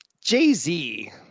Jay-Z